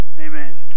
Amen